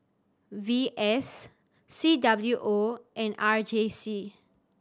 V S C W O and R J C